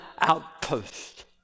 outpost